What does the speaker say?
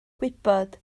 gwybod